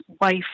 wife